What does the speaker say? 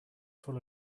full